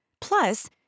Plus